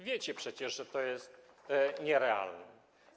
Wiecie przecież, że to jest nierealne.